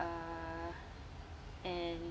uh and